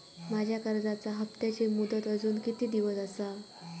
माझ्या कर्जाचा हप्ताची मुदत अजून किती दिवस असा?